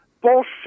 bullshit